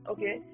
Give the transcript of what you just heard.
Okay